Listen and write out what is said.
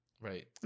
Right